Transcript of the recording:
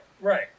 right